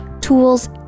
tools